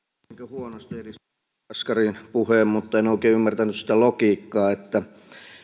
huonosti edustaja jaskarin puheen mutta en oikein ymmärtänyt sitä logiikkaa että tuet